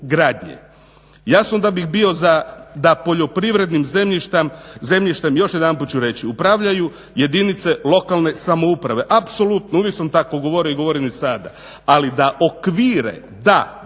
gradnje? Jasno da bih bio za da poljoprivrednim zemljištem još jedanput ću reći upravljaju jedinice lokalne samouprave. Apsolutno, uvijek sam tako govorio i govorim i sada. Ali, da okvire da